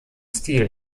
stil